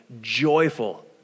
joyful